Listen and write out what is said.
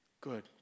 Good